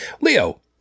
Leo